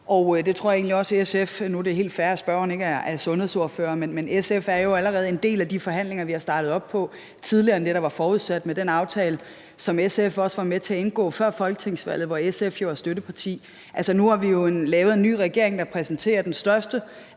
men SF er jo allerede en del af de forhandlinger, vi har startet tidligere, end det var forudsat i den aftale, som SF også var med til at indgå før folketingsvalget, hvor SF jo var støtteparti. Altså, nu har vi jo lavet en ny regering, der præsenterer den største